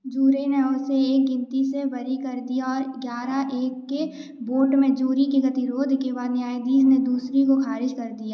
jury ने उसे एक गिनती से बरी कर दिया और ग्यारह एक के बोट में जूरी के गतिरोध के बाद न्यायधीश ने दूसरी को खारिज कर दिया